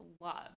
love